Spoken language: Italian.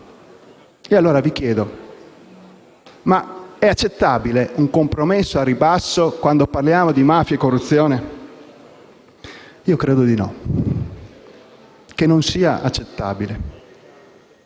allora, se è accettabile un compromesso al ribasso quando parliamo di mafia e corruzione. Io credo di no. Credo non sia accettabile,